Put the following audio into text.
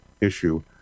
issue